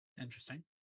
Interesting